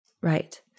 Right